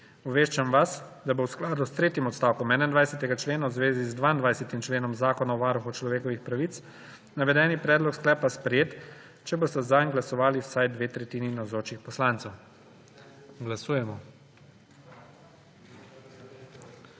Obveščam vas, da bo v skladu s tretjim odstavkom 21. člena v zvezi z 22. členom Zakona o varuhu človekovih pravic navedeni predlog sklepa sprejet, če bosta zanj glasovali vsaj dve tretjini navzočih poslancev. Glasujemo.